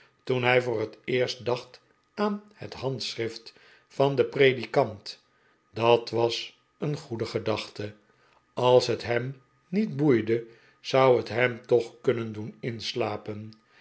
toen hij voor het eerst dacht aan het handschrift van den predikant dat was een gdede gedachte als het hem niet boeide zou het hem toch kunnen doen inslapen